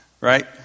right